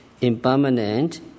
impermanent